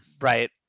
right